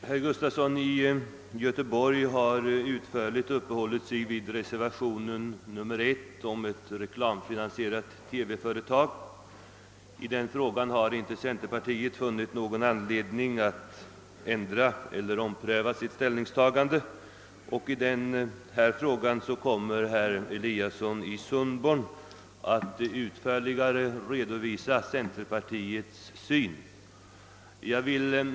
Herr talman! Herr Gustafson i Göteborg har utförligt uppehållit sig vid reservationen 1 som gäller ett reklamfi nansierat TV-företag. I den frågan har centerpartiet inte funnit någon anledning att ändra eller ompröva sitt ställningstagande, och herr Eliasson i Sundborn kommer att utförligare redovisa centerpartiets syn på den.